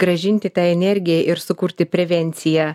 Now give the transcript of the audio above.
grąžinti tą energiją ir sukurti prevenciją